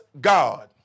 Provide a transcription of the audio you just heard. God